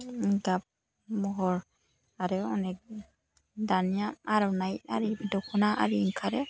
अनेक गाब महर आरो अनेक दानिया आर'नाइ आरि दख'ना आरि ओंखारो